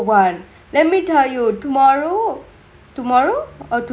one let me tell you tomorrow tomorrow